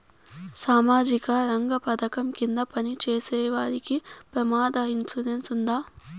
సామాజిక రంగ పథకం కింద పని చేసేవారికి ప్రమాద ఇన్సూరెన్సు ఉందా?